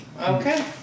Okay